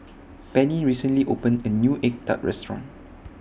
Penni recently opened A New Egg Tart Restaurant